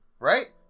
right